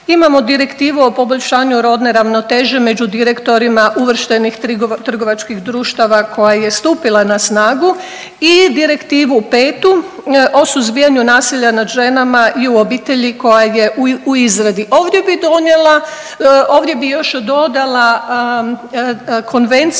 Imamo Direktivu o poboljšanju rodne ravnoteže među direktorima uvrštenih trgovačkih društava koja je stupila na snagu i Direktivu petu o suzbijanju nasilja nad ženama i u obitelji koja je u izradi. Ovdje bih još dodala Konvenciju